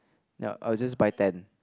ya I'll just buy ten